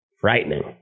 Frightening